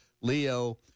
Leo